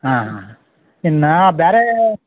ಹಾಂ ಹಾಂ ಇನ್ನ ಬ್ಯಾರೇ